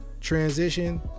transition